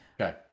Okay